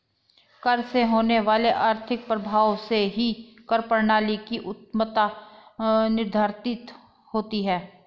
कर से होने वाले आर्थिक प्रभाव से ही कर प्रणाली की उत्तमत्ता निर्धारित होती है